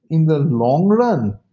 in the long run,